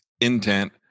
Intent